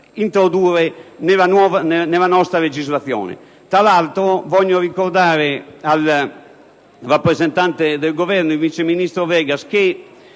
introdurre nella nostra legislazione. Tra l'altro, voglio ricordare al rappresentante del Governo, il vice ministro Vegas, che